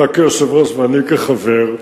אתה כיושב-ראש ואני כחבר,